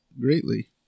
greatly